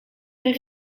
een